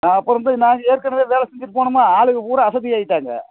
ஆ அப்புறம் போய் நாங்கள் ஏற்கனவே வேலை செஞ்சிவிட்டு போனம்மா ஆளுங்க பூரா அசதியாயிவிட்டாங்க